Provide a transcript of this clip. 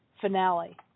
finale